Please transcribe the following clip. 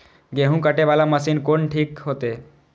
गेहूं कटे वाला मशीन कोन ठीक होते?